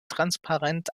transparent